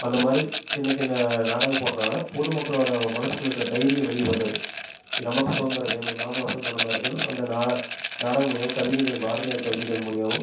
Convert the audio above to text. அந்தமாதிரி சின்ன சின்ன நாடகம் போடுறனால பொது மக்களோடய மனசுக்குள்ள இருக்கிற தைரியம் வெளியே வந்தது நமக்கு சுதந்திரம் வேணும் நாம சுதந்திரமாக இருக்கணும் அந்த நான் நாடகம் மூலிமாவும் கவிதைகள் பாரதியார் கவிதைகள் மூலிமாவும்